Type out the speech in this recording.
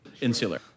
insular